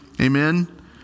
amen